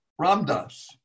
Ramdas